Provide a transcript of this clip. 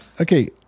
Okay